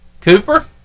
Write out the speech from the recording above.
Cooper